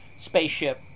spaceship